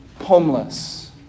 homeless